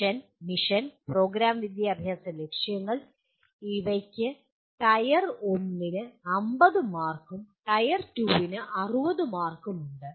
vision mission programme വിദ്യാഭ്യാസ ലക്ഷ്യങ്ങൾ ഇവയ്ക്ക് ടയർ 1 50 മാർക്കും ടയർ 2 ന് 60 മാർക്കും ഉണ്ട്